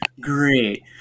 great